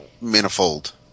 Manifold